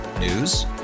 News